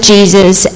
Jesus